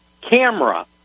camera